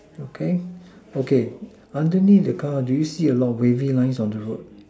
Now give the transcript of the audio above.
okay okay underneath the car do you see a lot of wavy line on the road